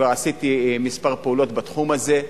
וכבר עשיתי כמה פעולות בתחום הזה.